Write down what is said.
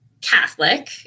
Catholic